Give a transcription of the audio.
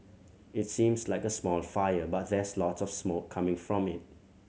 it seems like a small fire but there's lots of smoke coming from it